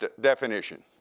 definition